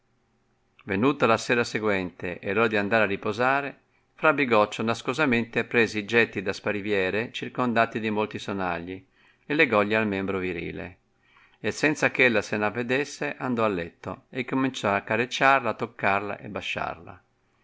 venuta la sera seguente e r ora di andar a riposare fra bigoccio nascosamente prese i getti da spariviere circondati di molti sonagli e legògli al membro virile e senza ch'ella se n avedesse andò a letto e cominciò accarecciarla toccarla e basciarla